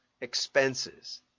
expenses